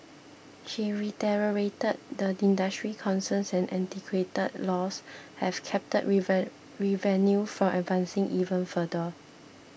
he reiterated the industry's concerns that antiquated laws have capped revenue from advancing even further